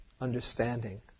understanding